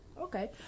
Okay